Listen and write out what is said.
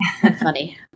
Funny